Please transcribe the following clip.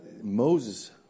Moses